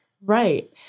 Right